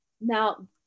now